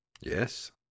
Yes